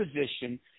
position